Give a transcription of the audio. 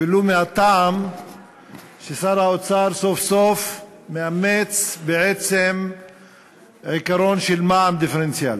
ולו מהטעם ששר האוצר סוף-סוף מאמץ בעצם עיקרון של מע"מ דיפרנציאלי,